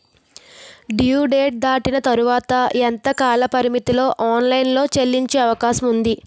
Due date దాటిన తర్వాత ఎంత కాలపరిమితిలో ఆన్ లైన్ లో చెల్లించే అవకాశం వుంది?